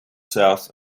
south